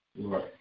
Right